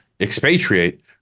expatriate